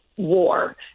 War